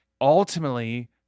ultimately